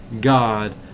God